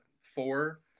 four